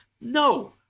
No